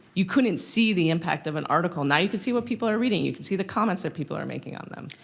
you couldn't see the impact of an article. now you can see what people are reading. you can see the comments that people are making on them.